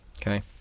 okay